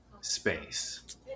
space